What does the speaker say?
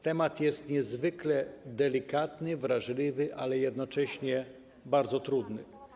Temat jest niezwykle delikatny, wrażliwy, ale jednocześnie bardzo trudny.